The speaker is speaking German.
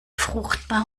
fruchtbar